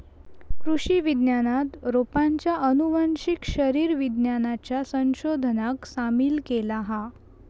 कृषि विज्ञानात रोपांच्या आनुवंशिक शरीर विज्ञानाच्या संशोधनाक सामील केला हा